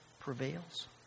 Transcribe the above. prevails